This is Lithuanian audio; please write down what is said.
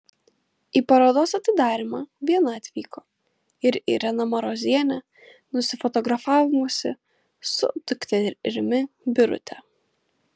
į parodos atidarymą viena atvyko ir irena marozienė nusifotografavusi su dukterimi birute